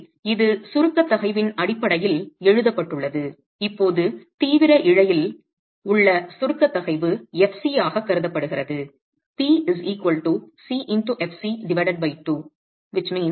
எனவே இது சுருக்க தகைவின் அடிப்படையில் எழுதப்பட்டுள்ளது இப்போது தீவிர இழையில் உள்ள சுருக்க தகைவு fc ஆக கருதப்படுகிறது